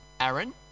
Aaron